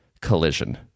collision